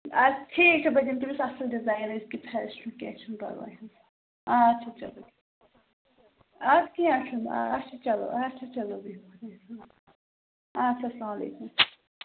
اَدٕ ٹھیٖک چھُ بہٕ دِمہٕ تٔمِس اَصٕل ڈِزایِن أزۍکہِ فیشنُک کیٚنٛہہ چھُنہٕ پَرواے حظ اَچھا چلو اَدٕ کیٚنٛہہ چھُنہٕ آچھا چلو اَچھا چلو بِہِو خۅدایَس حول آچھا سلامُ علیکُم